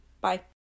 Bye